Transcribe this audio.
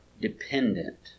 dependent